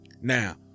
Now